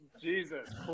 Jesus